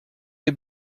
des